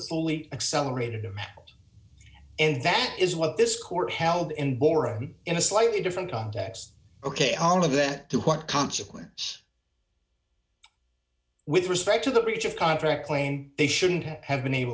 fully accelerated and that is what this court held in burra in a slightly different context ok all of that to what consequence with respect to the breach of contract claim they shouldn't have been able